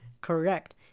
correct